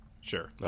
Sure